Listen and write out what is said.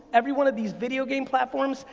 every one of these video game platforms,